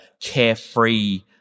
carefree